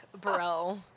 bro